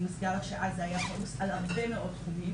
אני מזכירה שאז היה פוקוס על הרבה מאוד תחומים,